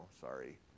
sorry